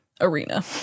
arena